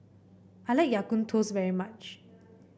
I like Ya Kun Kaya Toast very much